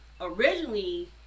originally